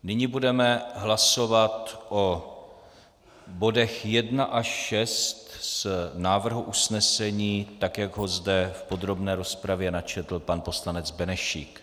Nyní budeme hlasovat o bodech 1 až 6 z návrhu usnesení, tak jak ho zde v podrobné rozpravě načetl pan poslanec Benešík.